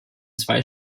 zwei